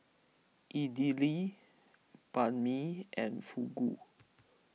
Idili Banh Mi and Fugu